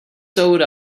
sewed